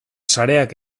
sareak